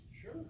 Sure